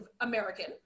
American